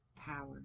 power